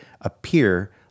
appear